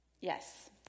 Yes